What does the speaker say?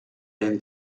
and